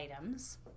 items